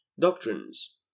Doctrines